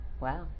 Wow